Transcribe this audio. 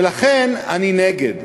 ולכן אני נגד.